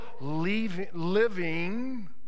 living